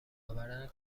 آوردن